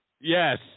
Yes